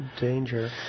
Danger